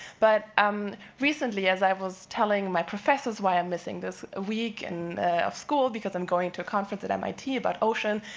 but um recently, as i was telling my professors why i'm missing this week and of school, because i'm going to a conference at mit about ocean,